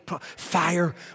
fire